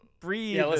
breathe